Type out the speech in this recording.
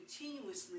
continuously